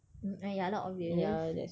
mm ah ya lah obvious